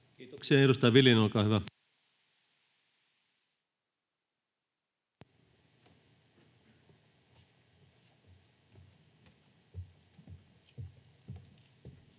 Kiitoksia. — Edustaja Viljanen, olkaa hyvä.